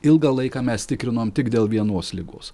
ilgą laiką mes tikrinom tik dėl vienos ligos